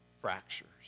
fractures